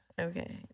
Okay